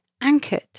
anchored